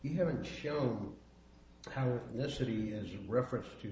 you haven't shown how the city as a reference to